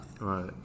Right